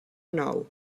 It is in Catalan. nou